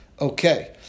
Okay